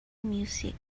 music